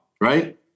right